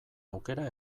aukera